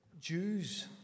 Jews